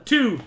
Two